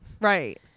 Right